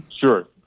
Sure